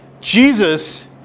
Jesus